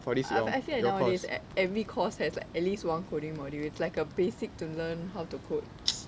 I fee~ feel like nowadays ev~ every course has at least one coding module it's like a basic to learn how to code